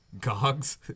Gogs